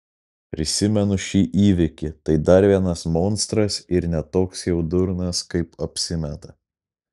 prisimenu šį įvykį tai dar vienas monstras ir ne toks jau durnas kaip apsimeta